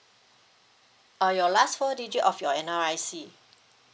uh your last four digit of your N_R_I_C